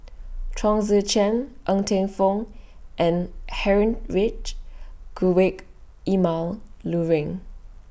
Chong Tze Chien Ng Teng Fong and Heinrich Emil Luering